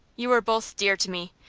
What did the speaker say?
you are both dear to me,